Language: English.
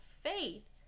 faith